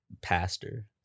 pastor